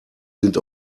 sind